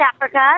Africa